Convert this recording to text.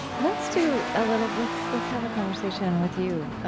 let's do a little let's let's have a conversation with you.